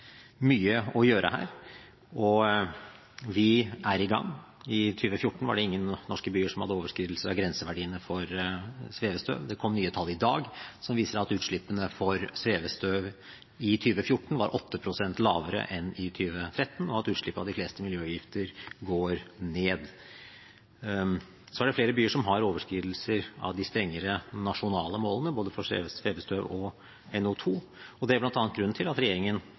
mye å gjøre her, og vi er i gang. I 2014 var det ingen norske byer som hadde overskridelser av grenseverdiene for svevestøv. Det kom nye tall i dag som viser at utslippene av svevestøv i 2014 var 8 pst. lavere enn i 2013, og at utslippet av de fleste miljøgifter går ned. Det er flere byer som har overskridelser av de strengere nasjonale målene, både for svevestøv og for NO2. Det er bl.a. grunnen til at regjeringen